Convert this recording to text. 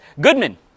Goodman